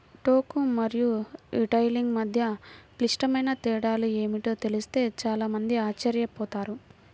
టోకు మరియు రిటైలింగ్ మధ్య క్లిష్టమైన తేడాలు ఏమిటో తెలిస్తే చాలా మంది ఆశ్చర్యపోతారు